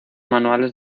manuales